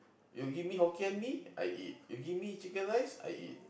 you give me Hokkien-Mee I eat you give me chicken rice I eat